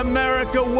America